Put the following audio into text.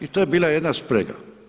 I to je bila jedna sprega.